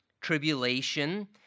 tribulation